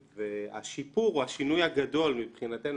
השיפור או השינוי הגדול, לפחות מבחינתנו,